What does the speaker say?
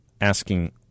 asking